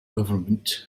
government